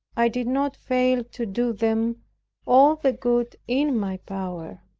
i did not fail to do them all the good in my power.